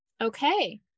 okay